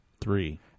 Three